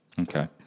okay